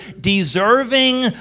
deserving